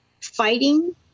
fighting